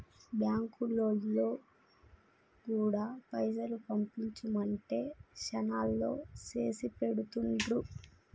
బాంకులోల్లు గూడా పైసలు పంపించుమంటే శనాల్లో చేసిపెడుతుండ్రు